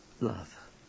love